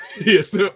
yes